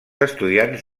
estudiants